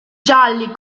gialli